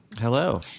Hello